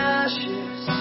ashes